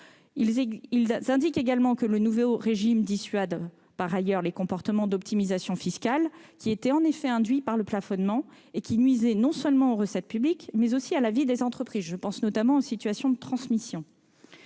Ils indiquent également que le nouveau régime dissuade par ailleurs les comportements d'optimisation fiscale, qui étaient en effet induits par le plafonnement, et qui nuisaient non seulement aux recettes publiques, mais aussi à la vie des entreprises, notamment dans les situations de transmission.